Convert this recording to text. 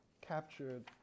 captured